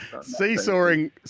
Seesawing